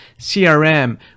CRM